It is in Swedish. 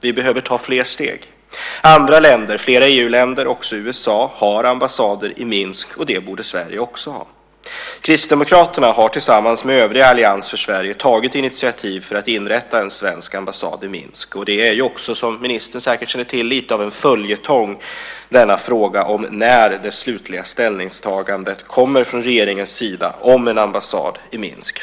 Vi behöver ta fler steg. Andra länder, flera EU-länder och också USA, har ambassader i Minsk, och det borde Sverige också ha. Kristdemokraterna har tillsammans med övriga i Allians för Sverige tagit initiativ för att inrätta en svensk ambassad i Minsk. Denna fråga om när det slutliga ställningstagandet om en ambassad i Minsk kommer från regeringen är ju också, som ministern säkert känner till, lite av följetong.